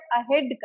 ahead